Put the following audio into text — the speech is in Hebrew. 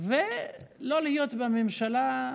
ולא להיות בממשלה,